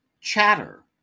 Chatter